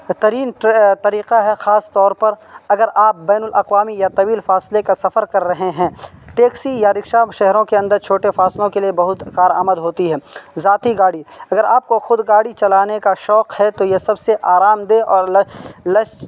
ترین طریقہ ہے خاص طور پر اگر آپ بین الاقوامی یا طویل فاصلے کا سفر کر رہے ہیں ٹیکسی یا رکشہ شہروں کے اندر چھوٹے فاصلوں کے لیے بہت کارآمد ہوتی ہے ذاتی گاڑی اگر آپ کو خود گاڑی چلانے کا شوق ہے تو یہ سب سے آرامدہ اور